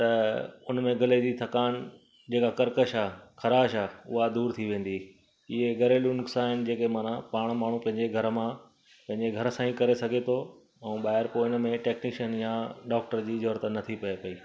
त हुन में गले जी थकान जेका कर्कश आहे ख़राश आहे उहा दूरि थी वेंदी इहे घरेलू नुस्ख़ो आहिनि जेके माना पाणि माण्हू पंहिंजे घर मां पंहिंजे घर सां ई करे सघे थो ऐं ॿाहिरि पोइ हुन में टेक्नीशन या डॉक्टर जी ज़रूरत नथी पिए पेई